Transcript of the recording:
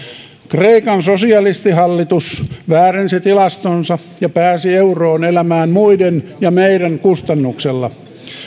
kreikan sosialistihallitus väärensi tilastonsa ja pääsi euroon elämään muiden ja meidän kustannuksella